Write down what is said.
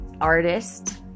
artist